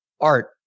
Art